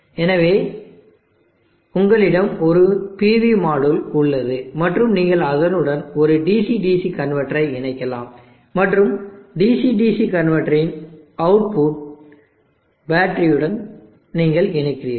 எனவே உங்களிடம் ஒரு PV மாடுல் உள்ளது மற்றும் நீங்கள் அதனுடன் ஒரு DC DC கன்வெர்ட்டரை இணைக்கலாம் மற்றும் DC DC கன்வெர்ட்டரின் அவுட்புட்டை பேட்டரியுடன் நீங்கள் இணைக்கிறீர்கள்